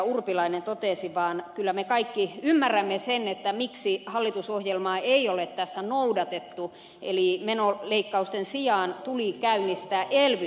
urpilainen totesi vaan kyllä me kaikki ymmärrämme sen miksi hallitusohjelmaa ei ole tässä noudatettu eli menoleikkausten sijaan tuli käynnistää elvytys